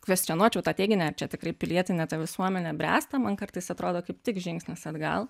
kvestionuočiau tą teiginį ar čia tikrai pilietinė visuomenė bręsta man kartais atrodo kaip tik žingsnis atgal